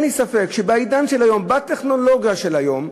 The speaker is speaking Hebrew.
אין לי ספק שבעידן של היום, בטכנולוגיה של היום,